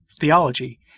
theology